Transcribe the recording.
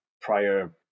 prior